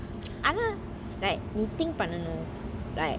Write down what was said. ஆனா:aana like think பண்ணனும்:pannanum like